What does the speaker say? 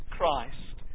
Christ